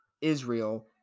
Israel